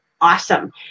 awesome